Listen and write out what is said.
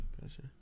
Gotcha